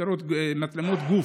מצלמות גוף,